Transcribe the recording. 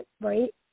Right